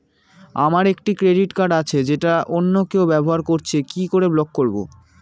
আমার একটি credit card আছে যেটা অন্য কেউ ব্যবহার করছে কি করে ব্লক করবো?